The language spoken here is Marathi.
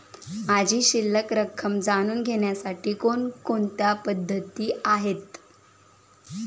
माझी शिल्लक रक्कम जाणून घेण्यासाठी कोणकोणत्या पद्धती आहेत?